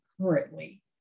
currently